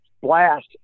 blast